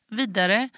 vidare